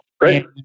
Right